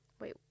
Wait